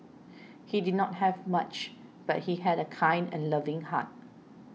he did not have much but he had a kind and loving heart